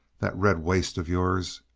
that red waist of yours